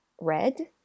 red